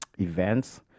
events